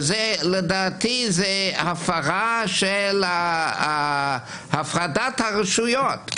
ולדעתי זו הפרה של הפרדת הרשויות.